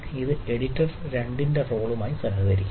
ഇത് എഡിറ്റർ 2 ന്റെ റോൾ സഹകരിക്കുന്നു